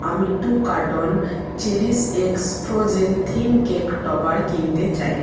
আমি two carton cherish X Frozen theme cake topper কিনতে চাই